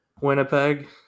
Winnipeg